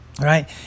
right